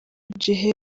gihe